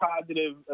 positive